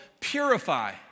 purify